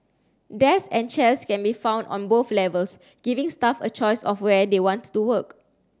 desks and chairs can be found on both levels giving staff a choice of where they want to work